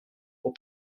pour